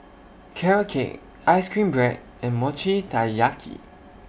Carrot Cake Ice Cream Bread and Mochi Taiyaki